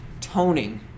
Toning